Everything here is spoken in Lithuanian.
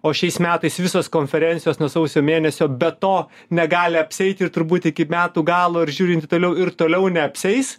o šiais metais visos konferencijos nuo sausio mėnesio be to negali apsieiti ir turbūt iki metų galo ir žiūrint į toliau ir toliau neapsieis